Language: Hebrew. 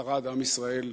שרד עם ישראל